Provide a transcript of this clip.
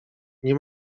nie